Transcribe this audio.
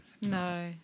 No